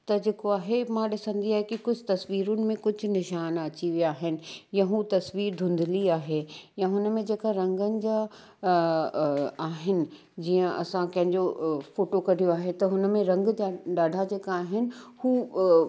त जेको आहे मां ॾिसंदी आहियां की कुझु तस्वीरुनि में कुझु निशान अची विया आहिनि या उहा तस्वीरु धुंधली आहे या हुन में जेका रंगनि जा आहिनि जीअं असां कंहिंजो फोटो कढियो आहे त हुन में रंग त ॾाढा जेका आहिनि उहे